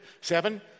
Seven